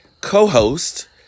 co-host